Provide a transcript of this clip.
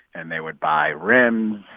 and they would buy rims.